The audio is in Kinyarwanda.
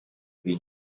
buri